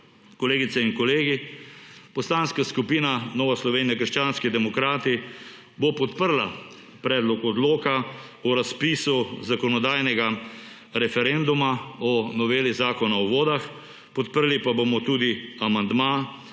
Kolegice in kolegi! Poslanska skupina Nova Slovenija – krščanski demokrati bo podprla Predlog odloka o razpisu zakonodajnega referenduma o noveli Zakona o vodah. Podprli pa bomo tudi amandma,